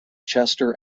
chester